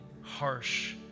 harsh